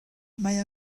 mae